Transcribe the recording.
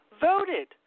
voted